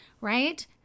right